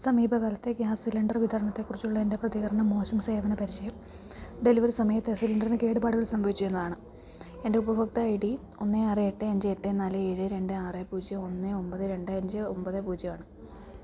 സമീപകാലത്തെ gas cylinder വിതരണത്തെക്കുറിച്ചുള്ള എൻ്റെ പ്രതികരണം മോശം സേവന പരിചയം ഡെലിവറി സമയത്ത് സിലിണ്ടറിന് കേടുപാടുകൾ സംഭവിച്ചുവെന്നതാണ് എൻ്റെ ഉപഭോക്തൃ ഐ ഡി ഒന്ന് ആറ് എട്ട് അഞ്ച് എട്ട് നാല് ഏഴ് രണ്ട് ആറ് പൂജ്യം ഒന്ന് ഒമ്പത് രണ്ട് അഞ്ച് ഒമ്പത് പൂജ്യമാണ്